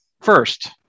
first